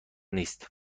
نیست